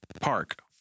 Park